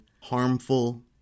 harmful